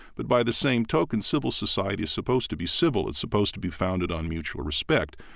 but by the same token, civil society is supposed to be civil. it's supposed to be founded on mutual respect.